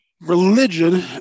Religion